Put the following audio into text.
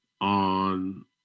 on